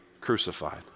crucified